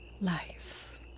life